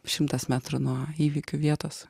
šimtas metrų nuo įvykių vietos